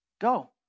Go